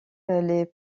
les